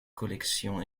collection